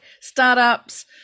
startups